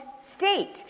state